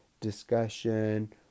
discussion